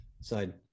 side